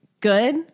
good